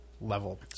level